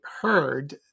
heard